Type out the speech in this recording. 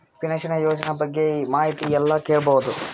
Pension ಯೋಜನ ಬಗ್ಗೆ ಮಾಹಿತಿ ಎಲ್ಲ ಕೇಳಬಹುದು?